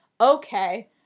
Okay